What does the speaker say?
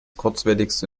kurzwelligste